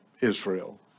Israel